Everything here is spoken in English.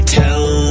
tell